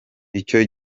icyo